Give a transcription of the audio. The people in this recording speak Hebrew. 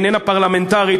לא פרלמנטרית,